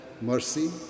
mercy